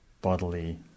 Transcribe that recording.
bodily